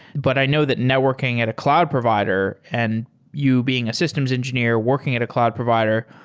but i know that networking at a cloud provider and you being a systems engineer working at a cloud provider,